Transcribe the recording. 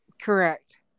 correct